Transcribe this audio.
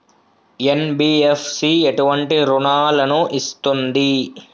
NBFC ఎటువంటి రుణాలను ఇస్తుంది?